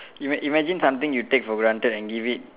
ima~ imagine something you take for granted and give it